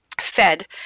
fed